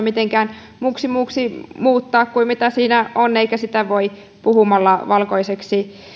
mitenkään muuksi muuksi muuttaa kuin mitä siinä on eikä sitä voi puhumalla valkoiseksi